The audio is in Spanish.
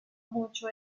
mucho